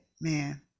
man